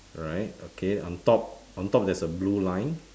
right okay on top on top there's a blue line